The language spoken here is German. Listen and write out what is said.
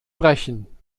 brechen